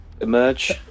emerge